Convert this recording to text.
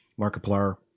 Markiplier